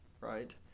right